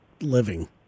living